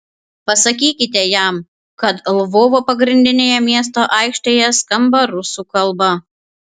pasakykite jam kad lvovo pagrindinėje miesto aikštėje skamba rusų kalba